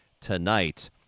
tonight